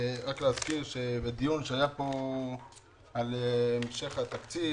רק להזכיר שבדיון שהיה פה על המשך התקציב,